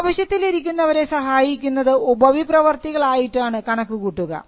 ആവശ്യത്തിൽ ഇരിക്കുന്നവരെ സഹായിക്കുന്നത് ഉപവിപ്രവർത്തികൾ ആയിട്ടാണ് കണക്കുകൂട്ടുക